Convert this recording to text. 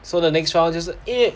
so the next round 就是因为